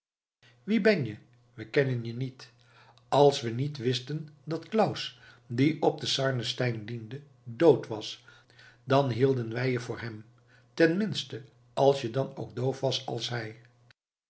wie ben je we kennen je niet als we niet wisten dat claus die op den sarnenstein diende dood was dan hielden wij je voor hem tenminste als je dan ook doof was als hij